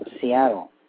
Seattle